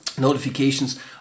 notifications